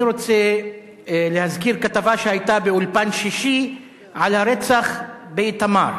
אני רוצה להזכיר כתבה שהיתה ב"אולפן שישי" על הרצח באיתמר,